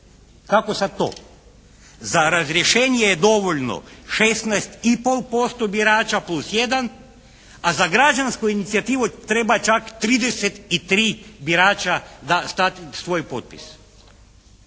Kako sad to? Za razrješenje je dovoljno 16,5% birača plus jedan, a za građansku inicijativu treba čak 33 birača da stave svoj potpis.